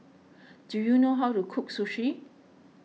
do you know how to cook Sushi